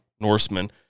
Norseman